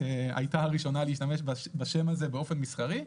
הייתה הראשונה להשתמש בשם הזה באופן מסחרי,